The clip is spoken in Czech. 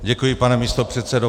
Děkuji, pane místopředsedo.